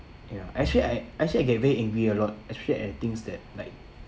ya actually I actually I get very angry a lot actually at things that like